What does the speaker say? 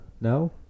no